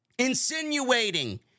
Insinuating